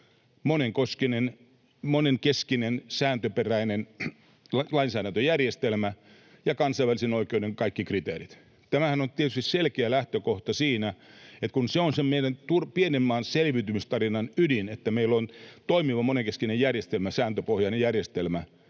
monenkeskinen sääntöperäinen lainsäädäntöjärjestelmä ja kansainvälisen oikeuden kaikki kriteerit. Tämähän on tietysti selkeä lähtökohta siinä, että kun se on se meidän pienen maamme selviytymistarinan ydin, että meillä on toimiva monenkeskinen järjestelmä, sääntöpohjainen järjestelmä,